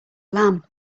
lamb